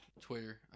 Twitter